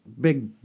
big